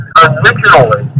originally